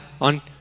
on